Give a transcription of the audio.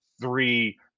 three